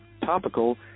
topical